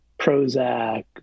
Prozac